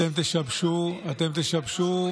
תמשיכו לשבש את החיים של האזרחים.